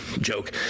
joke